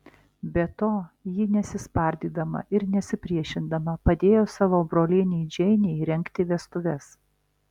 be to ji nesispardydama ir nesipriešindama padėjo savo brolienei džeinei rengti vestuves